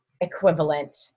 equivalent